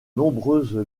nombreuses